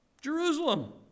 Jerusalem